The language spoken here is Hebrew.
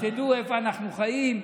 שתדעו איפה אנחנו חיים,